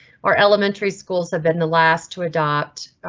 are elementary schools have been the last to adopt?